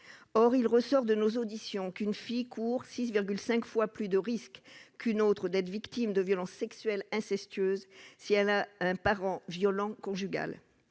Or il ressort de nos auditions qu'une fille court 6,5 fois plus de risques qu'une autre personne d'être victime de violences sexuelles incestueuses si elle a un parent violent conjugal.